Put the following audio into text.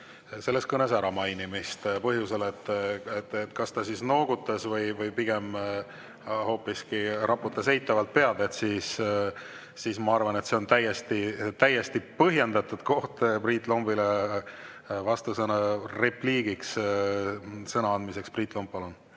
selles kõnes äramainimist põhjusel, et kas ta noogutas või pigem hoopiski raputas eitavalt pead, siis ma arvan, et on täiesti põhjendatud Priit Lombile vasturepliigiks sõna anda. Priit Lomp, palun!